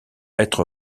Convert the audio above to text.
être